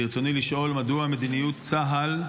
ברצוני לשאול: מדוע מדיניות צה"ל,